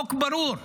החוק ברור.